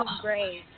great